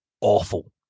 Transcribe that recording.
awful